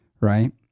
right